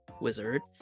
wizard